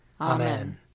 Amen